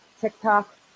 TikTok